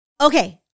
okay